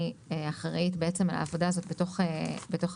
אני אחראית על העבודה הזאת בתוך המשרד,